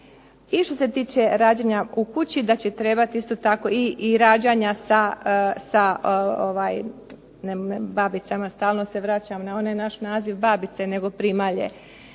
i što se tiče rađanja u kući da će trebati isto tako i rađanja sa babicama, stalno se vraćam na onaj naš naziv babice, nego primalje.